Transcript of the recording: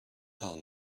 are